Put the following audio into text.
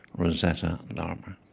rosetta larmour.